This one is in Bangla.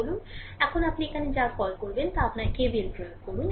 সুতরাং এখন আপনি এখানে যা কল করেন তা আপনার KVL প্রয়োগ করুন